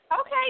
Okay